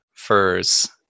Furs